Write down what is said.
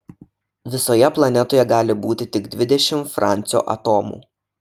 visoje planetoje gali būti tik dvidešimt francio atomų